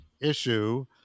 issue